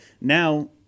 now